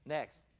Next